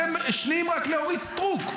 אתם שניים רק לאורית סטרוק.